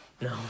No